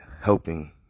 helping